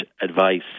advice